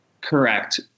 Correct